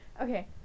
Okay